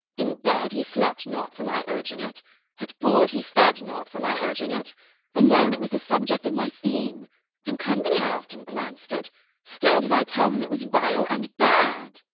in bed, he slept not for my urging it at board, he fed not for my urging it alone, it was the subject of my theme in company, i often glanced it still did i tell him it was vile and bad.